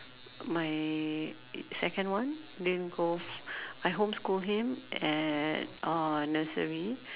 my second one didn't go I homeschool him at uh nursery